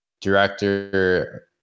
director